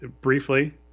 briefly